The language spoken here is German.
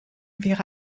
wäre